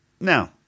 now